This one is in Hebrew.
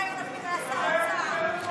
יאיר לפיד היה שר